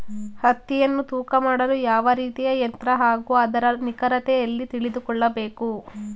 ಹತ್ತಿಯನ್ನು ತೂಕ ಮಾಡಲು ಯಾವ ರೀತಿಯ ಯಂತ್ರ ಹಾಗೂ ಅದರ ನಿಖರತೆ ಎಲ್ಲಿ ತಿಳಿದುಕೊಳ್ಳಬೇಕು?